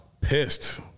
pissed